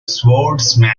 swordsman